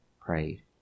prayed